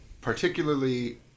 particularly